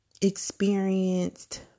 experienced